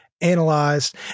analyzed